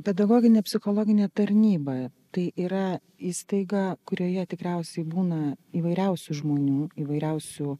pedagoginė psichologinė tarnyba tai yra įstaiga kurioje tikriausiai būna įvairiausių žmonių įvairiausių